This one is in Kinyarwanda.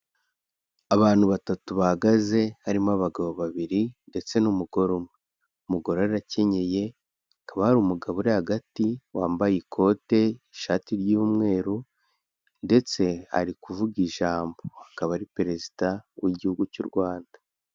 Abantu batatu bahagaze harimo abagabo babiri ndetse n'umugore umwe. Umugore arakenyeye akaba ari umugabo uri hagati wambaye ikote ishati ry'umweru ndetse ari kuvuga ijambo akaba ari perezida w'Igihugu cy'u Rwanda.